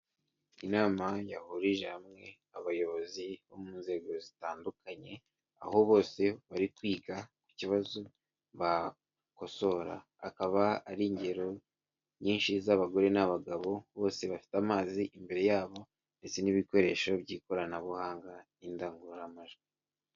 Inama yahurije hamwe abayobozi bo mu nzego zitandukanye aho bose bari kwiga ku kibazo bakosora, akaba ari ingero nyinshi z'abagore n'abagabo bose bafite amazi imbere yabo ndetse n'ibikoresho by'ikoranabuhanga n'indangururamajwi.